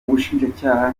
ubushinjacyaha